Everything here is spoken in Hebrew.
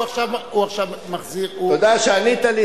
הוא עכשיו, תודה שענית לי.